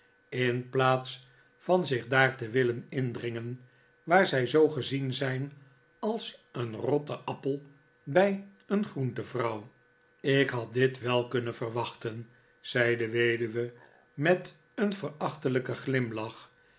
in plaats van zich daar te willen indringen waar zij zoo gezien zijn als een rotte appel bij een groentevrouw ik had dit wel kunnen verwachten zei de weduwe met een verachtelijken glimlach